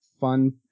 fun